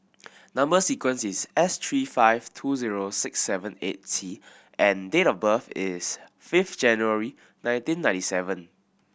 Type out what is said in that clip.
number sequence is S three five two zero six seven eight T and date of birth is fifth January nineteen ninety seven